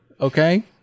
okay